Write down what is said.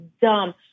dumb